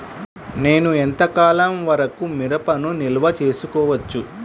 నేను ఎంత కాలం వరకు మిరపను నిల్వ చేసుకోవచ్చు?